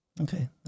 Okay